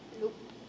Nope